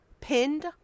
pinned